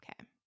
Okay